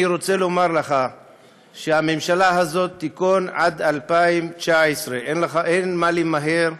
אני רוצה לומר לך שהממשלה הזאת תיכון עד 2019. אין מה למהר.